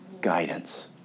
guidance